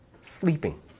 sleeping